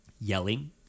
yelling